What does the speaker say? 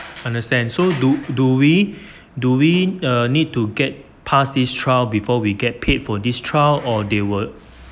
understand so do do we do we need to get past this trial before we get paid for this trial or they would